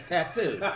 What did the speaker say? Tattoo